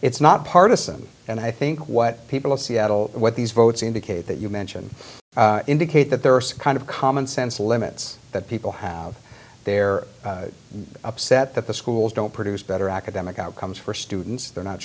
it's not partisan and i think what people of seattle what these votes indicate that you mention indicate that there are kind of commonsense limits that people have they're upset that the schools don't produce better academic outcomes for students they're not